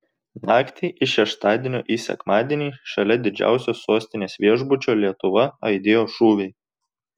naktį iš šeštadienio į sekmadienį šalia didžiausio sostinės viešbučio lietuva aidėjo šūviai